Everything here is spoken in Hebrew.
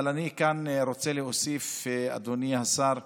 אבל אני כאן רוצה להוסיף, אדוני השר,